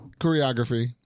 choreography